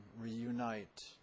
reunite